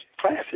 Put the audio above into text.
classes